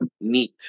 neat